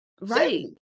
Right